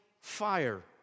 fire